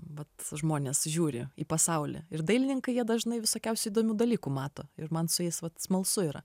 vat žmonės žiūri į pasaulį ir dailininkai jie dažnai visokiausių įdomių dalykų mato ir man su jais vat smalsu yra